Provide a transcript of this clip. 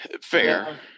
Fair